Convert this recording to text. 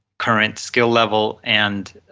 current skill level and